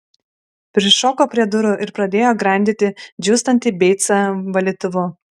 prišoko prie durų ir pradėjo grandyti džiūstantį beicą valytuvu